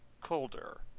colder